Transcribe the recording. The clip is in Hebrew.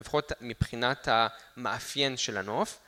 לפחות מבחינת המאפיין של הנוף.